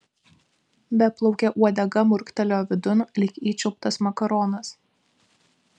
beplaukė uodega murktelėjo vidun lyg įčiulptas makaronas